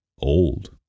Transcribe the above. old